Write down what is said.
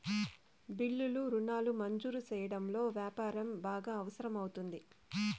బిల్లులు రుణాలు మంజూరు సెయ్యడంలో యాపారం బాగా అవసరం అవుతుంది